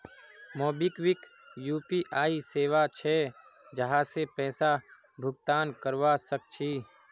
MobiKwik UPI सेवा छे जहासे पैसा भुगतान करवा सक छी